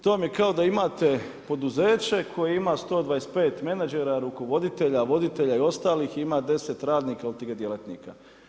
To vam je kao da imate poduzeće koje ima 125 menadžera, rukovoditelja, voditelja i ostalih i ima 10 radnika ili djelatnika.